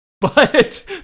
But-